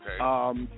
Okay